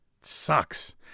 sucks